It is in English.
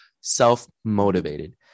self-motivated